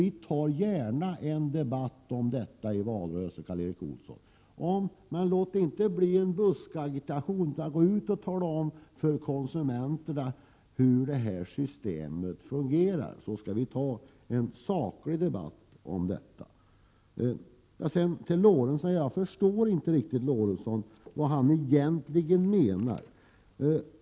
Vi tar gärna en debatt om detta i valrörelsen, Karl Erik Olsson, men låt det inte bli en buskagitation utan gå ut och tala om för konsumenterna hur systemet fungerar. Sedan kan vi föra en saklig debatt. Jag förstår inte riktigt vad Sven Eric Lorentzon menar.